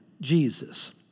Jesus